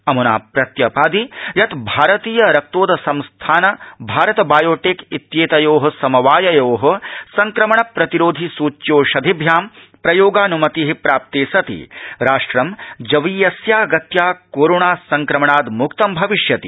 अमुना प्रत्यपाणि यत् भारतीय रक्तो संस्थान भारत बॉयोटेक इत्येतयोः समवाययोः संङ्कमण प्रतिरोधी सुच्यौवधिभ्यां प्रयोगानुमति प्राप्तेसति राष्ट्रं जवीयस्यागत्या कोरोणा संङ्क्रमणात् मुक्तं भविष्यति